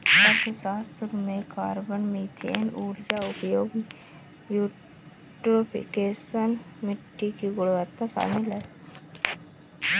अर्थशास्त्र में carbon, methane ऊर्जा उपयोग, यूट्रोफिकेशन, मिट्टी की गुणवत्ता शामिल है